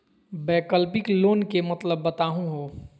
वैकल्पिक लोन के मतलब बताहु हो?